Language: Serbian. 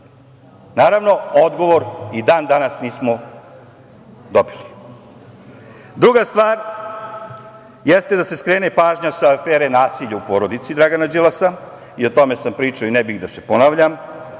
Naravno, odgovor i dan-danas nismo dobili. Druga stvar jeste da se skrene pažnja sa afere nasilja u porodici Dragana Đilasa. I o tome sam pričao i ne bih da se ponavljam.